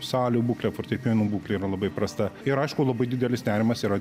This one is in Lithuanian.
salių būklė fortepijonų būklė yra labai prasta ir aišku labai didelis nerimas yra